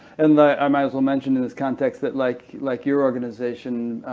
and i might as well mention in this context that like like your organization,